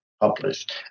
published